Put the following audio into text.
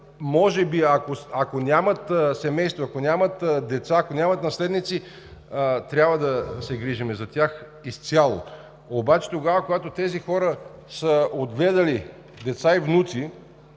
ако нямат семейства, ако нямат деца, ако нямат наследници, трябва да се грижим за тях изцяло, но тогава, когато тези хора са отгледали деца и внуци